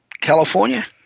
California